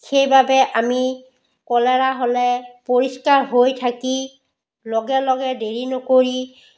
সেইবাবে আমি কলেৰা হ'লে পৰিষ্কাৰ হৈ থাকি লগে লগে দেৰি নকৰি